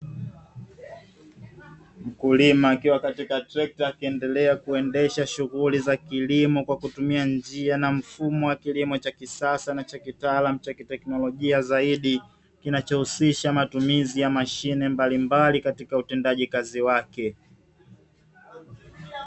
Mkulima akiwa katika trekta akiendelea kuendesha shughuli za kilimo kwa kutumia njia na mfumo wa kilimo cha kisasa na cha kitaalamu chaki teknolojia zaidi kinachohusisha matumizi ya mashine mbalimbali katika utendaji kazi wake.